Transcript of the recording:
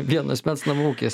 vieno asmens namų ūkis